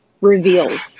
reveals